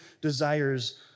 desires